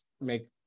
make